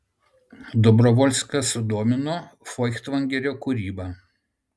dobrovolską sudomino foichtvangerio kūryba